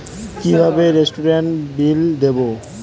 কিভাবে রেস্টুরেন্টের বিল দেবো?